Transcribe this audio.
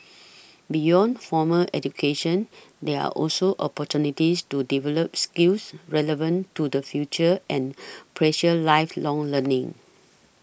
beyond formal education there are also opportunities to develop skills relevant to the future and pursue lifelong learning